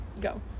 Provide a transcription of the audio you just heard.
go